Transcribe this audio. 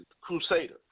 Crusader